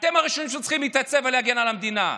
אתם הראשונים שצריכים להתייצב ולהגן על המדינה.